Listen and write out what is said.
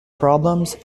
problems